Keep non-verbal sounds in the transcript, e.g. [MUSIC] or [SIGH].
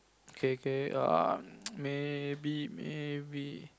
okay K err [NOISE] maybe maybe